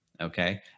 Okay